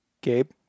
Gabe